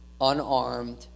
unarmed